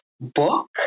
book